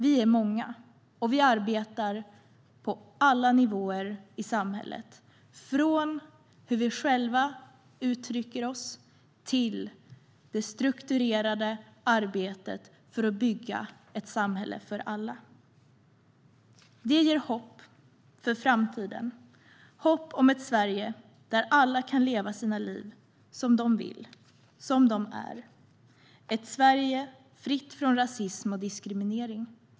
Vi är många. Och vi arbetar på alla nivåer i samhället, från hur vi själva uttrycker oss till det strukturerade arbetet för att bygga ett samhälle för alla. Det ger hopp för framtiden och hopp om ett Sverige där alla kan leva sina liv som de vill och som de är och ett Sverige fritt från rasism och diskriminering.